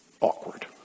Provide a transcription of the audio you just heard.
awkward